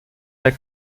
der